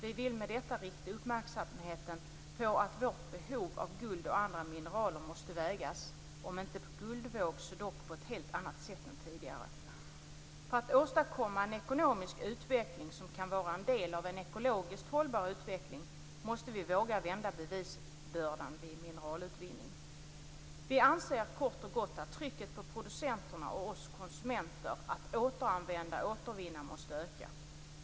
Vi vill med detta rikta uppmärksamheten på att vårt behov av guld och andra mineraler måste vägas om inte på guldvåg så dock på ett helt annat sätt än tidigare. För att åstadkomma en ekonomisk utveckling som kan vara en del av en ekologiskt hållbar utveckling måste vi våga vända bevisbördan vid mineralutvinning. Vi anser, kort och gott, att trycket på producenterna och på oss konsumenter att återanvända och återvinna måste öka.